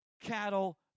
cattle